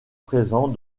présent